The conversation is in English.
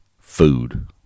food